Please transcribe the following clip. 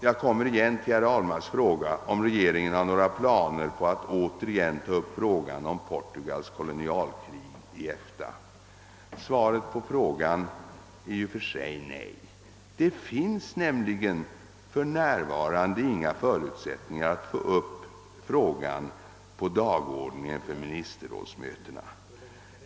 Jag återkommer till herr Ahlmarks fråga om regeringen har några planer på att ånyo ta upp spörsmålet om Portugals kolonialkrig i EFTA. Svaret på frågan är i och för sig nej. Det finns nämligen för närvarande inga förutsättningar att få upp frågan på dagordningen för ministerrådsmötena.